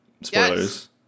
spoilers